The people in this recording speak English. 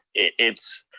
it's